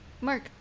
Mark